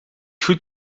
goed